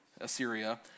Assyria